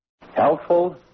Helpful